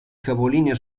capolinea